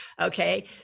Okay